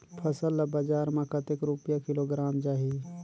फसल ला बजार मां कतेक रुपिया किलोग्राम जाही?